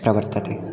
प्रवर्तते